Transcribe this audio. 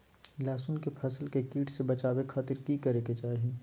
लहसुन के फसल के कीट से बचावे खातिर की करे के चाही?